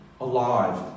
alive